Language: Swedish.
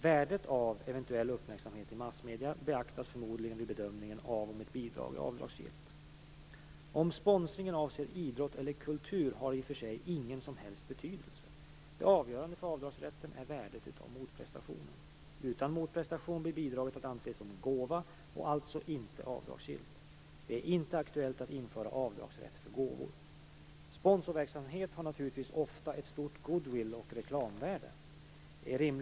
Värdet av eventuell uppmärksamhet i massmedier beaktas förmodligen vid bedömningen av om ett bidrag är avdragsgillt. Om sponsringen avser idrott eller kultur har i och för sig ingen som helst betydelse. Det avgörande för avdragsrätten är värdet av motprestationen. Utan motprestation blir bidraget att anse som en gåva och alltså inte avdragsgillt. Det är inte aktuellt att införa avdragsrätt för gåvor. Sponsorverksamhet har naturligtvis ofta ett stort goodwill och reklamvärde.